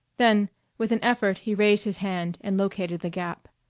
then with an effort he raised his hand and located the gap.